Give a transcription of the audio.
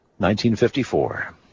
1954